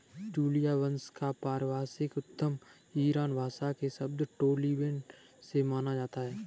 ट्यूलिया वंश का पारिभाषिक उद्गम ईरानी भाषा के शब्द टोलिबन से माना जाता है